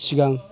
सिगां